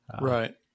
Right